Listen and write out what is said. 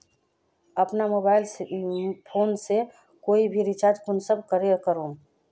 अपना mobile phone से कोई भी रिचार्ज कुंसम करे करूम?